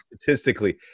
statistically